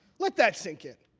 let that sink in.